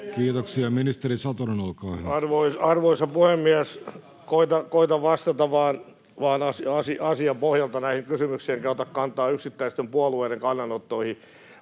Kiitoksia. — Ministeri Satonen, olkaa hyvä. Arvoisa puhemies! Koetan vastata vain asiapohjalta näihin kysymyksiin enkä ota kantaa yksittäisten puolueiden kannanottoihin,